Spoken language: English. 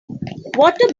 water